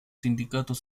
sindicatos